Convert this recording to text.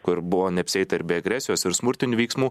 kur buvo neapsieita ir be agresijos ir smurtinių veiksmų